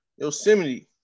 Yosemite